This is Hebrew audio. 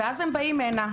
הם באים הנה,